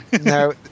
no